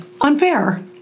Unfair